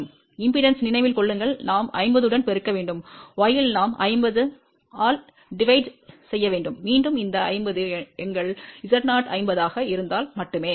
மின்மறுப்பில் நினைவில் கொள்ளுங்கள் நாம் 50 உடன் பெருக்க வேண்டும் y இல் நாம் 50 ஆல் வகுக்க வேண்டும் மீண்டும் இந்த 50 எங்கள் Z0 50 ஆக இருந்ததால் மட்டுமே